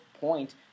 point